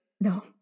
No